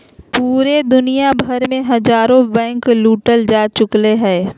पूरे दुनिया भर मे हजारो बैंके लूटल जा चुकलय हें